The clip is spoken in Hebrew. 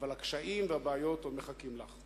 אבל הקשיים והבעיות עוד מחכים לך.